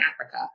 Africa